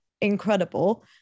incredible